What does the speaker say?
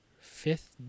fifth